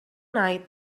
night